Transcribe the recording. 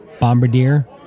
Bombardier